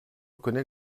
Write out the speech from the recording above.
reconnaît